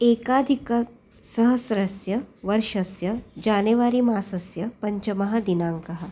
एकाधिकसहस्रस्य वर्षस्य जानेवरी मासस्य पञ्चमः दिनाङ्कः